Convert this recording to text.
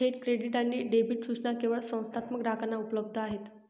थेट क्रेडिट आणि डेबिट सूचना केवळ संस्थात्मक ग्राहकांना उपलब्ध आहेत